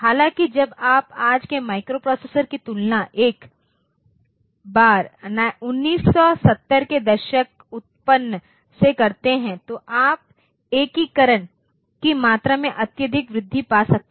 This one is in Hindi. हालाँकि जब आप आज के माइक्रोप्रोसेसरों की तुलना एक बार 1970 के दशक उत्तपन से करते हैं तो आप एकीकरण की मात्रा में अत्यधिक वृद्धि पा सकते हैं